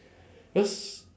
because